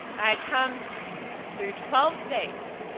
i'd come through twelve states.